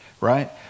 right